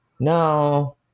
no